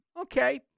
Okay